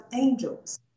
angels